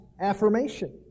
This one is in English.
affirmation